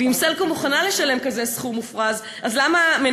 ואם "סלקום" מוכנה לשלם כזה סכום מופרז,